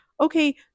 okay